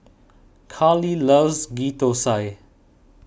Karlee loves Ghee Thosai